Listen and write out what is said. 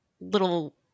little